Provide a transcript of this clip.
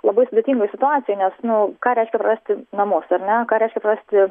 labai sudėtingoj situacijoj nes nu ką reiškia prarasti namus ir ne ką reiškia prarasti